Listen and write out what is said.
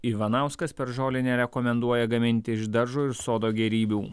ivanauskas per žolinę rekomenduoja gaminti iš daržo ir sodo gėrybių